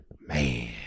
Man